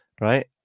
right